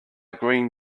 green